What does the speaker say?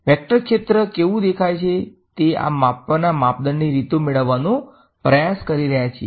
vector ક્ષેત્ર કેવુ દેખાય છે તે આ માપવાના માપદંડની રીતો મેળવવાનો પ્રયાસ કરી રહ્યા છીએ